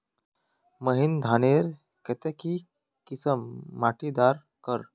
महीन धानेर केते की किसम माटी डार कर?